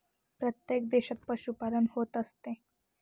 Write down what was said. प्रत्येक देशात पशुपालन होत असते